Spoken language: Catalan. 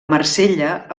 marsella